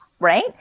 Right